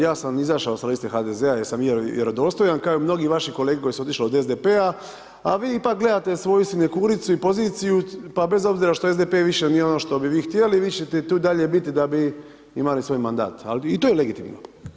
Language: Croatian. Ja sam izašao sa liste HDZ-a jer sam vjerodostojan kao i mnogi vaši kolege koji su otišli od SDP-a, a vi ipak gledate svoju sindikuricu i poziciju, pa bez obzira što SDP više nije ono što bi vi htjeli, vi ćete tu i dalje biti da bi imali svoj mandat, ali i to je legitimno.